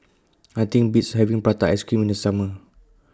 Nothing Beats having Prata Ice Cream in The Summer